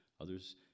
Others